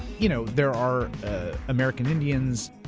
you know there are american indians,